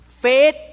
Faith